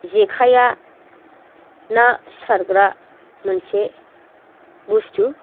जेखाइआ ना सारग्रा मोनसे बुस्तु